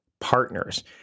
partners